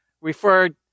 referred